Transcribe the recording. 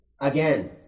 again